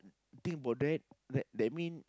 think about that that that mean